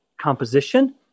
composition